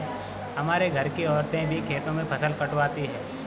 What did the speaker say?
हमारे घर की औरतें भी खेतों में फसल कटवाती हैं